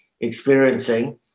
experiencing